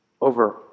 over